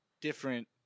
different